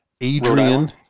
Adrian